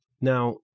Now